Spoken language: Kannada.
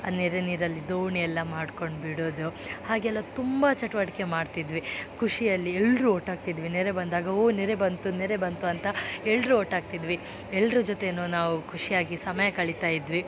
ಆ ನೆರೆ ನೀರಲ್ಲಿ ದೋಣಿ ಎಲ್ಲ ಮಾಡ್ಕೊಂಡು ಬಿಡೋದು ಹಾಗೆಲ್ಲ ತುಂಬ ಚಟುವಟಿಕೆ ಮಾಡ್ತಿದ್ವಿ ಖುಷಿಯಲ್ಲಿ ಎಲ್ಲರು ಒಟ್ಟಾಗ್ತಿದ್ವಿ ನೆರೆ ಬಂದಾಗ ಓ ನೆರೆ ಬಂತು ನೆರೆ ಬಂತು ಅಂತ ಎಲ್ಲರು ಒಟ್ಟಾಗ್ತಿದ್ವಿ ಎಲ್ರ ಜೊತೆಯೂ ನಾವು ಖುಷಿಯಾಗಿ ಸಮಯ ಕಳಿತಾ ಇದ್ವಿ